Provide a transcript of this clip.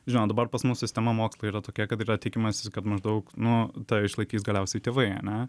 žinot dabar pas mus sistema mokslo yra tokia kad yra tikimasi kad maždaug nu tave išlaikys galiausiai tėvai ane